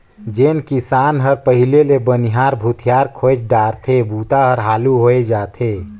जेन किसान हर पहिले ले बनिहार भूथियार खोएज डारथे बूता हर हालू होवय जाथे